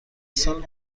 سال